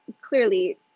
clearly